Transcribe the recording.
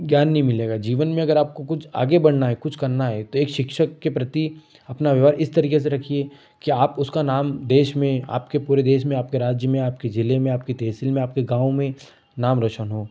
ज्ञान नहीं मिलेगा जीवन में अगर आपको कुछ आगे बढ़ना है कुछ करना है तो एक शिक्षक के प्रति अपना व्यवहार इस तरीके से रखिए कि आप उसका नाम देश में आपके पूरे देश में आपके राज्य में आपके जिले में आपके तहसील में आपके गाँव में नाम रौशन हो